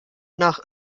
nach